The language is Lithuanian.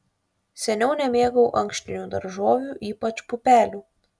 seniau nemėgau ankštinių daržovių ypač pupelių